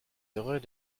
heureux